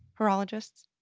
horologists?